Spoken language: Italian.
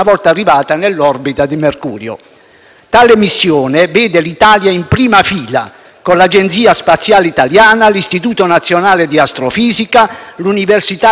Tale missione vede l'Italia in prima fila, con l'Agenzia spaziale italiana, l'Istituto nazionale di astrofisica e l'Università La Sapienza di Roma.